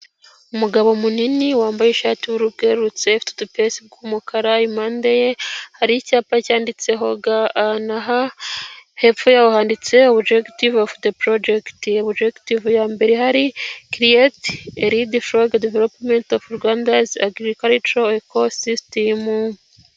umugabo munini wambaye ishati y'ubururu bwerurutse ifite udupensi tw'umukara, impande ye hari icyapa cyanditseho GAH, hepfo yaho handitse objective of the project, objective ya mbere ihari ni create a "leap-frog" development of Rwanda's agricultural ecosystem.